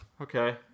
Okay